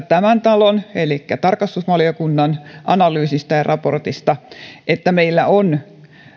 tämän talon eli tarkastusvaliokunnan analyysistä ja raportista että meillä on